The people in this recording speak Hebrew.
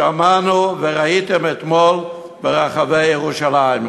שמענו וראיתם אתמול ברחבי ירושלים.